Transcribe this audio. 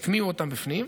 והטמיעו אותם בפנים.